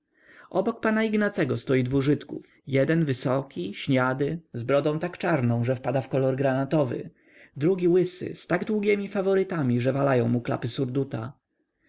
obok pana ignacego stoi dwu żydów jeden wysoki śniady z brodą tak czarną że wpada w kolor granatowy drugi łysy z tak długiemi faworytami że walają mu klapy